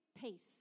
peace